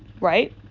right